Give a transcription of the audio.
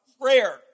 prayer